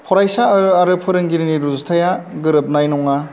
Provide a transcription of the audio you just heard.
फरायसा आरो फोरोंगिरिनि रुजुथाइया गोरोबनाय नङा